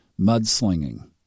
mudslinging